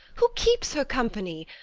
who keeps her company?